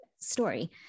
story